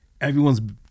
everyone's